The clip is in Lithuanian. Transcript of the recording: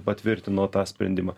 patvirtino tą sprendimą